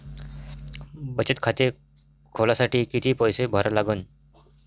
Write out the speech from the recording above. बचत खाते खोलासाठी किती पैसे भरा लागन?